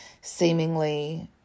seemingly